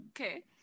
okay